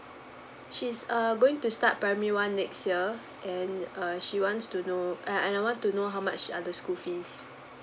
she's err going to start primary one next year and err she wants to know and uh I want to know how much are the school fees